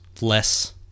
less